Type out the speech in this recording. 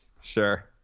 Sure